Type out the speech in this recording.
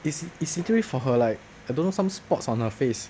it's it's literally for her like I don't know some spots on her face